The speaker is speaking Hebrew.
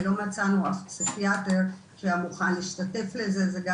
ולא מצאנו אף פסיכיאטר שהיה מוכן להשתתף בזה.